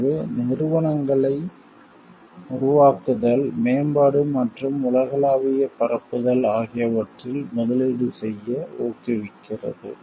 எனவே நிறுவனங்களை உருவாக்குதல் மேம்பாடு மற்றும் உலகளாவிய பரப்புதல் ஆகியவற்றில் முதலீடு செய்ய ஊக்குவிக்கிறது